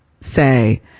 say